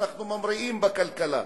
אנחנו ממריאים בכלכלה.